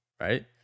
right